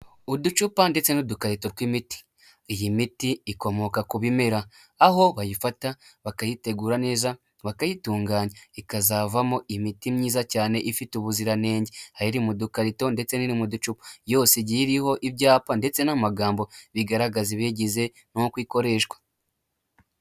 Uducepa ndetse n'ukarito tw'imiti. Iyi miti ikomoka ku bimera aho bayifata bakayitegura neza, bakayitunganya ikazavamo imiti myiza cyane ifite ubuziranenge. Hari iri mu dukarito ndetse ni iri mu ducupa, yose igiye iriho ibyapa ndetse n'amagambo bigaragaza ibiyigize nuko ikoreshwa.